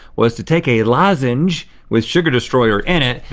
was to take a lozenge with sugar destroyer in it,